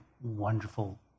wonderful